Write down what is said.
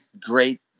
great